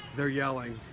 they're yelling.